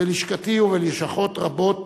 בלשכתי ובלשכות רבות